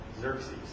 Xerxes